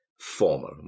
formal